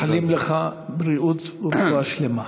מאחלים לך בריאות ורפואה שלמה.